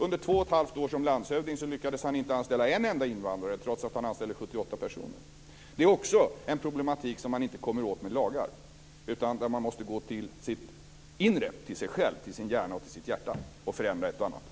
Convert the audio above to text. Under två och ett halvt år som landshövding lyckades han inte rekrytera en enda invandrare, trots att han anställde 78 Inte heller detta är en problematik som man kommer åt med lagar, utan man måste gå till sig själv, till sin hjärna och till sitt hjärta, för att förändra ett och annat.